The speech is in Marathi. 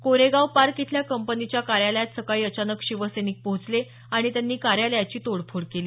कोरेगाव पार्क इथल्या कंपनीच्या कार्यालयात सकाळी अचानक शिवसैनिक पोहोचले आणि त्यांनी कार्यालयाची तोडफोड केली